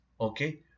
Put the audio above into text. Okay